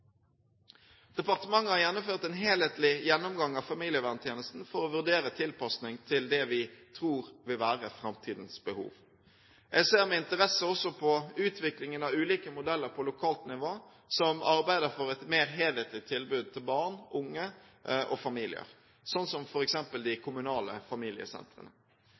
Departementet har gjennomført en helhetlig gjennomgang av familieverntjenesten for å vurdere tilpasning til det vi tror vil være framtidens behov. Jeg ser også med interesse på utviklingen av ulike modeller på lokalt nivå som arbeider for et mer helhetlig tilbud til barn, unge og familier, som f.eks. de kommunale familiesentrene.